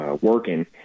working